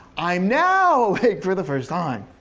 i'm now awake for the first time.